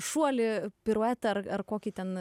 šuolį piruetą ar ar kokį ten